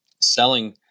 selling